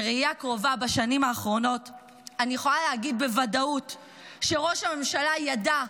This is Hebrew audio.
בשנים האחרונות אני יכולה להגיד בוודאות שראש הממשלה ידע,